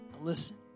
listen